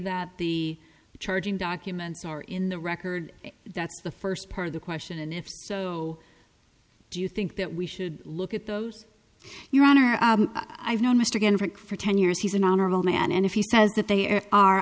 that the charging documents are in the record that's the first part of the question and if so do you think that we should look at those your honor i've known mr ginsburg for ten years he's an honorable man and if he says that they are